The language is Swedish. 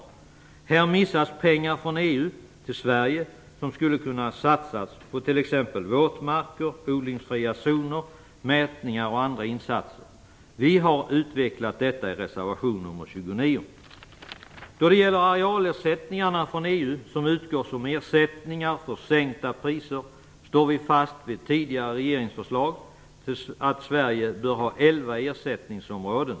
Här missas pengar från EU till Sverige som skulle kunna satsas på t.ex. våtmarker, odlingsfria zoner, mätningar och andra insatser. Vi har utvecklat detta i reservation nr 29. Då det gäller arealersättningarna från EU som utgår som ersättning för sänkta priser står vi fast vid tidigare regeringsförslag, dvs. att Sverige bör ha elva ersättningsområden.